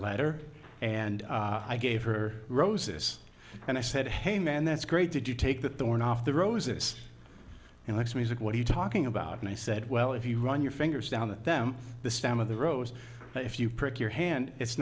letter and i gave her roses and i said hey man that's great did you take that the one off the roses and likes music what are you talking about and i said well if you run your fingers down with them the stem of the rose if you prick your hand it's